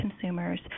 consumers